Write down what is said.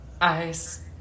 Ice